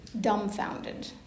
dumbfounded